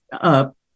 up